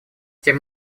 тем